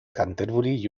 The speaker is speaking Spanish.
canterbury